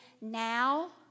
now